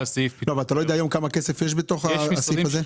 אתה לא יודע היום כמה כסף יש בתוך הסעיף הזה?